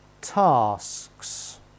tasks